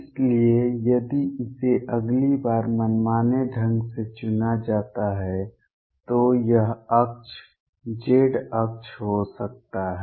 इसलिए यदि इसे अगली बार मनमाने ढंग से चुना जाता है तो यह अक्ष z अक्ष हो सकता है